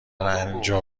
انجا